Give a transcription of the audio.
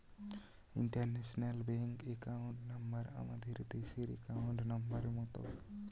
international bank account number আমাদের দেশের account নম্বরের মত